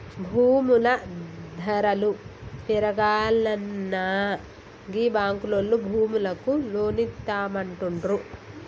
భూముల ధరలు పెరుగాల్ననా గీ బాంకులోల్లు భూములకు లోన్లిత్తమంటుండ్రు